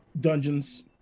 Dungeons